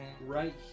right